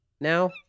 now